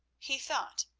he thought.